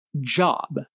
job